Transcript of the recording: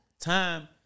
time